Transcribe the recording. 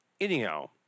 anyhow